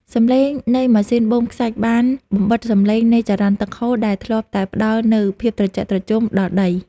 សំឡេងនៃម៉ាស៊ីនបូមខ្សាច់បានបំបិទសំឡេងនៃចរន្តទឹកហូរដែលធ្លាប់តែផ្តល់នូវភាពត្រជាក់ត្រជុំដល់ដី។